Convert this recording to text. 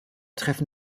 treffen